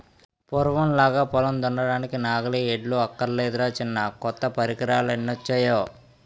పూర్వంలాగా పొలం దున్నడానికి నాగలి, ఎడ్లు అక్కర్లేదురా చిన్నా కొత్త పరికరాలెన్నొచ్చేయో